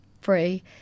free